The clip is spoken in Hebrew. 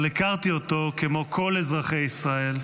אבל הכרתי אותו, כמו כל אזרחי ישראל,